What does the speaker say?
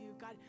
god